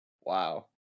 Wow